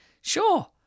sure